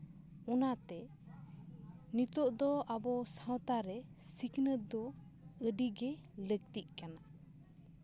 ᱚᱱᱟᱛᱮ ᱱᱤᱛᱚᱜ ᱫᱚ ᱟᱵᱚ ᱥᱟᱶᱛᱟᱨᱮ ᱥᱤᱠᱷᱱᱟᱹᱛ ᱫᱚ ᱟᱹᱰᱤᱜᱮ ᱞᱟᱹᱠᱛᱤᱜ ᱠᱟᱱᱟ